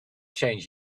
change